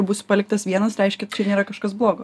būsiu paliktas vienas reiškia nėra kažkas blogo